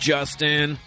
Justin